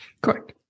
Correct